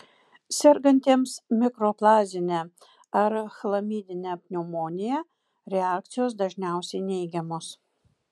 sergantiems mikoplazmine ar chlamidine pneumonija reakcijos dažniausiai neigiamos